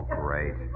great